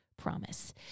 Promise